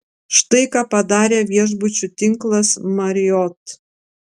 štai ką padarė viešbučių tinklas marriott